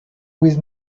with